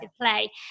play